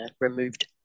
removed